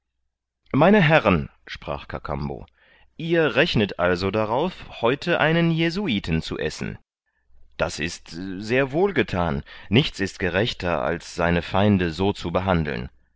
meine herren sprach kakambo ihr rechnet also darauf heute einen jesuiten zu essen das ist sehr wohl gethan nichts ist gerechter als seine feinde so zu behandeln